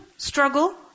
Struggle